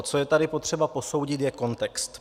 Co je tady potřeba posoudit, je kontext.